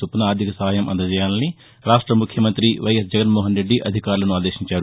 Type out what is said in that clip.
చొప్పన ఆర్దిక సహాయం అందజేయాలని రాష్ట ముఖ్యమంతి వైయస్ జగన్మోహన్ రెడ్డి అధికారులను ఆదేశించారు